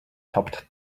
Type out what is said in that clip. topped